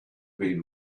been